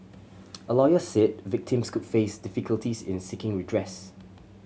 a lawyer said victims could face difficulties in seeking redress